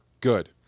Good